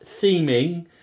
theming